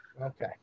Okay